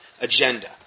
agenda